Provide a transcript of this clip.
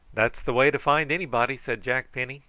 that's the way to find anybody, said jack penny.